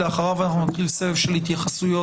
ואחריו אנחנו נתחיל סבב של התייחסויות,